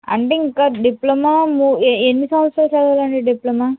అంటే ఇంక డిప్లొమా ము ఏ ఎన్ని సంవత్సరాల చదవాలండి డిప్లమ